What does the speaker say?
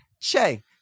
Che